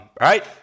right